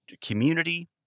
community